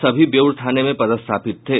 सभी बेउर थाने में पदस्थापित थे